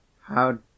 How